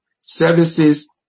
services